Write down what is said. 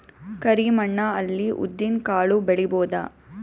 ಕರಿ ಮಣ್ಣ ಅಲ್ಲಿ ಉದ್ದಿನ್ ಕಾಳು ಬೆಳಿಬೋದ?